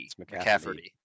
McCafferty